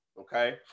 Okay